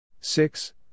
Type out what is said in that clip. six